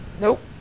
Nope